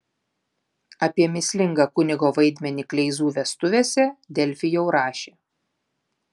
apie mįslingą kunigo vaidmenį kleizų vestuvėse delfi jau rašė